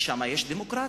ושם יש דמוקרטיה.